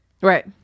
right